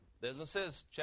Businesses